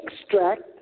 extract